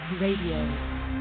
Radio